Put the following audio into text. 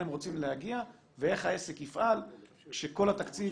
הם רוצים להגיע ואיך העסק יפעל כשכל התקציב